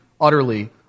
utterly